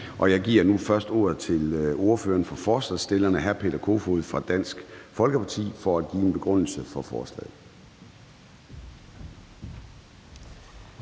Jeg giver nu først ordet til ordføreren for forslagsstillerne, hr. Peter Kofod fra Dansk Folkeparti, for en begrundelse af forslaget.